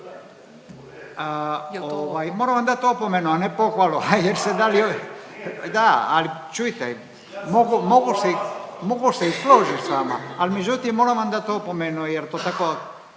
Moram vam dati opomenu, a ne pohvalu jer ste dali, da ali čujte mogu se i složit sa vama, ali međutim moram vam dati opomenu jer to tako